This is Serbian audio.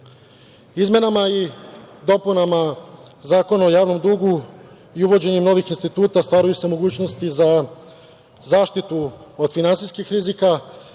i dopunama Zakona o javnom dugu i uvođenjem novih instituta stvaraju se mogućnosti za zaštitu od finansijskih rizika,